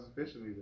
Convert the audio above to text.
officially